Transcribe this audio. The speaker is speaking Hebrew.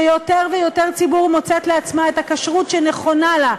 שיותר ויותר ציבור מוצאת לעצמה את הכשרות שנכונה לה,